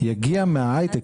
יגיע מההייטק.